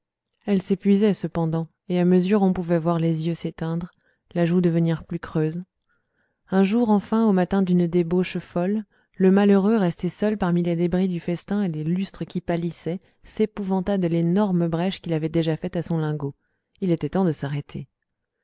elle s'épuisait cependant et à mesure on pouvait voir les yeux s'éteindre la joue devenir plus creuse un jour enfin au matin d'une débauche folle le malheureux resté seul parmi les débris du festin et les lustres qui pâlissaient s'épouvanta de l'énorme brèche qu'il avait déjà faite à son lingot il était temps de s'arrêter